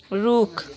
रुख